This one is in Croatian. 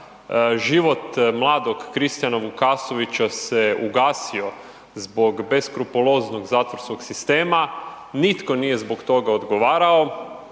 Život mladog Kristijana Vukasovića se ugasio zbog beskrupuloznog zatvorskog sistema, nitko nije zbog toga odgovarao.